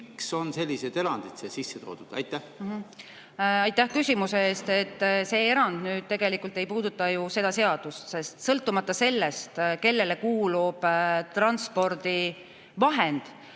Miks on sellised erandid siia sisse toodud? Aitäh